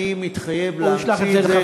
אני מתחייב להמציא את זה,